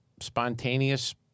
spontaneous